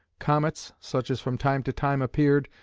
comets, such as from time to time appeared,